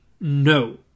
No